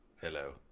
hello